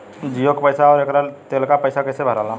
जीओ का पैसा और एयर तेलका पैसा कैसे भराला?